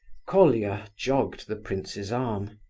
colia jogged the prince's arm.